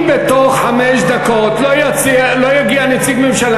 אם בתוך חמש דקות לא יגיע נציג ממשלה,